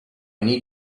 need